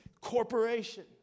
corporation